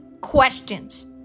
questions